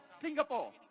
Singapore